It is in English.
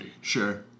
Sure